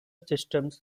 systems